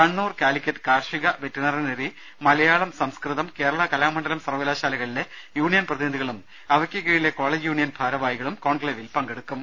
കണ്ണൂർ കാലിക്കറ്റ് കാർഷിക വെറ്ററിനറി മലയാളം സംസ്കൃതം കേരള കലാമണ്ഡലം സർവകലാശാലകളിലെ യൂണിയൻ പ്രതിനിധികളും അവയ്ക്കു കീഴിലെ കോളേജ് യൂണിയൻ ഭാരവാഹികളും കോൺക്ലേവിൽ പങ്കെടുക്കും